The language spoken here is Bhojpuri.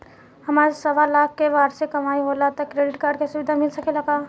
हमार सवालाख के वार्षिक कमाई होला त क्रेडिट कार्ड के सुविधा मिल सकेला का?